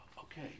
okay